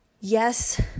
Yes